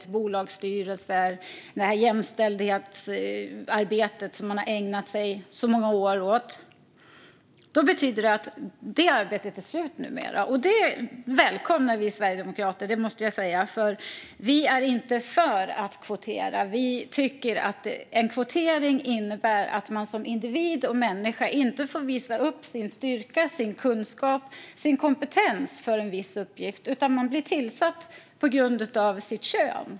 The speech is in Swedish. Det betyder att det här jämställdhetsarbetet som man har ägnat så många år åt, det arbetet är slut nu. Det välkomnar vi i Sverigedemokraterna, måste jag säga, för vi är inte för att kvotera. Vi tycker att kvotering innebär att man som individ och människa inte får visa upp sin styrka, sin kunskap eller sin kompetens för en viss uppgift, utan man blir tillsatt på grund av sitt kön.